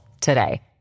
today